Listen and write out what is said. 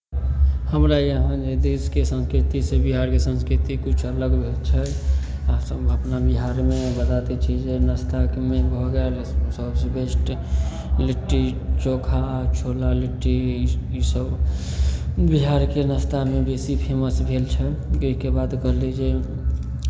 हमरा यहाँ जे देशके संस्कृति छै से बिहारके संस्कृति किछु अलग होइ छै खास कऽ अपना बिहारमे ज्यादातर चीज नाश्ताके मेन भऽ गेल सभसँ बेस्ट लिट्टी चोखा छोला लिट्टी ई ईसभ बिहारके नाश्तामे बेसी फेमस भेल छल ओहिके बाद कहली जे